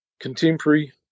Contemporary